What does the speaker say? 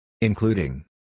Including